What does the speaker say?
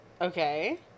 Okay